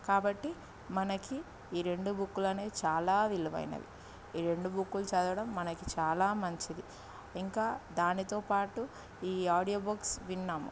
కాబట్టి మనకి ఈ రెండు బుక్కులనేవి చాలా విలువైనవి ఈ రెండు బుక్కులు చదవడం మనకి చాలా మంచిది ఇంకా దానితోపాటు ఈ ఆడియో బుక్స్ విన్నాం